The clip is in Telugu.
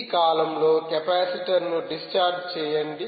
ఈ కాలంలో కెపాసిటర్ ను డిశ్చార్జ్ చేయండి